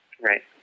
Right